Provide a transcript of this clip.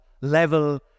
level